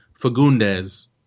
Fagundes